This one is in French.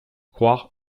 croire